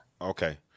Okay